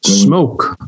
Smoke